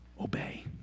Obey